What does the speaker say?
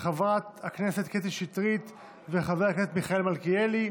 ארבעה, אין נמנעים.